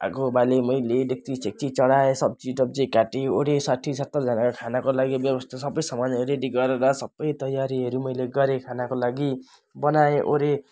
आगो बालेँ मैले डेक्चीसेक्ची चढाएँ सब्जीटब्जी काटेँओरेँ साठी सत्तरजनाको खानाको लागि व्यवस्था सबै सामानहरू रेडी गरेर सबै तयारीहरू मैले गरेँ खानाको लागि बनाएँओरेँ